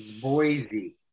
Boise